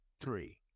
three